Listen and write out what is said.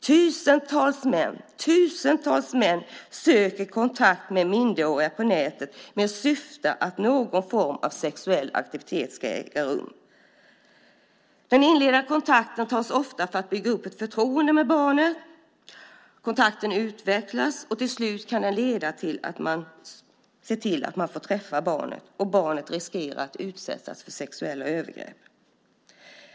Tusentals män söker kontakt med minderåriga på nätet i syfte att någon form av sexuell aktivitet ska äga rum. Den inledande kontakten tas ofta för att bygga upp ett förtroende i förhållande till barnet. Kontakten utvecklas, och till slut kan det leda till att man ser till att man får träffa barnet, och barnet riskerar att utsättas för sexuella övergrepp.